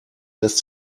lässt